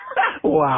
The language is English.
Wow